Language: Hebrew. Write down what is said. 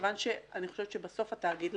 מכיוון שבסוף התאגיד,